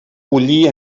bullir